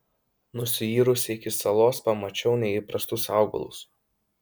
nusiyrusi iki salos pamačiau neįprastus augalus